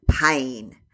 pain